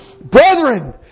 Brethren